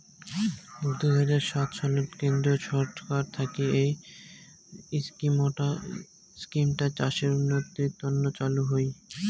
দুই হাজার সাত সালত কেন্দ্রীয় ছরকার থাকি এই ইস্কিমটা চাষের উন্নতির তন্ন চালু হই